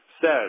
says